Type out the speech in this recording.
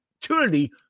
opportunity